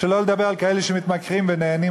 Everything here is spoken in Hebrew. שלא לדבר על כאלה שמתמכרים ונהנים,